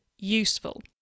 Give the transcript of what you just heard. useful